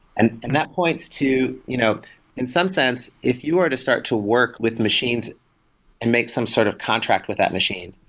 and and that points to you know in some sense, if you are to start to work with machines and make some sort of contract with that machine,